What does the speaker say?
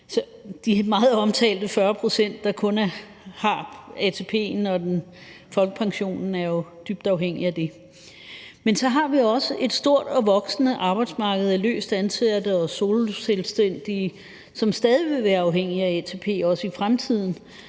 De meget omtalte 40 pct., der kun har ATP'en og folkepensionen, er jo dybt afhængige af det. Men så har vi også et stort og voksende arbejdsmarked af løst ansatte og soloselvstændige, som stadig vil være afhængige af ATP også i fremtiden,